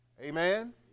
amen